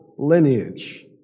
lineage